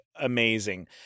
amazing